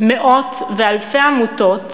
מאות ואלפי עמותות